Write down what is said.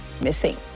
Missing